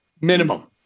minimum